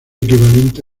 equivalente